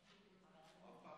הוא אף פעם